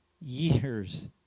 years